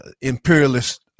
imperialist